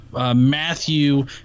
Matthew